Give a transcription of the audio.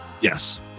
Yes